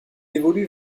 évolue